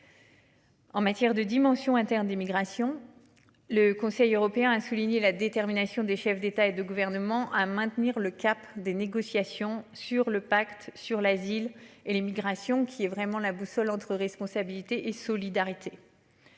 En matière de dimension inter-d'immigration. Le Conseil européen a souligné la détermination des chefs d'État et de gouvernement à maintenir le cap des négociations sur le pacte sur l'asile et l'immigration qui est vraiment la boussole entre responsabilité et solidarité.